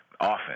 often